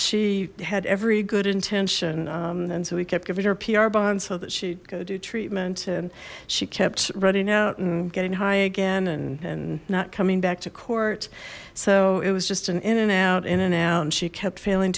she had every good intention and so we kept giving her pr bonds so that she'd go do treatment and she kept running out and getting high again and not coming back to court so it was just an in and out in and out and she kept failing